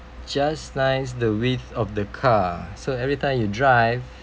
just nice the width of the car so every time you drive